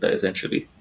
Essentially